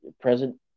present